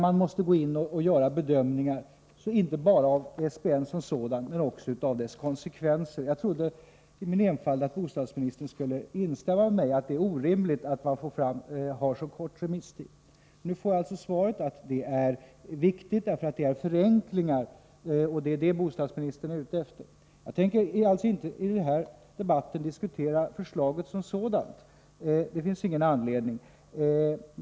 Man gör där bedömningar inte bara av SBN-Ä som sådan utan också av dess konsekvenser. I min enfald trodde jag, som sagt, att bostadsministern och jag skulle vara överens om att remisstiden är orimligt kort. I svaret sägs emellertid att det är viktigt med förenklingar. Det är vad bostadsministern är ute efter. Jag avser inte att diskutera förslaget som sådant — det finns ingen anledning att göra det.